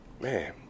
Man